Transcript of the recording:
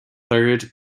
third